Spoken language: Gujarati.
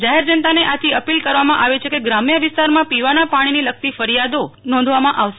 જાહેર જનતાને આથી અપીલ કરવામાં આવે છે કે ગ્રામ્ય વિસ્તારમાં પોવાના પાણીને લગતી ફરીયાદો નોંધવામાં આવશે